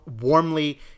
warmly